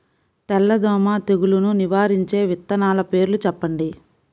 తెల్లదోమ తెగులును నివారించే విత్తనాల పేర్లు చెప్పండి?